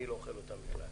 אני לא אוכל אותם בכלל,